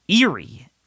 eerie